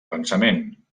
pensament